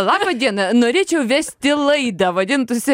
laba diena norėčiau vesti laidą vadintųsi